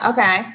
Okay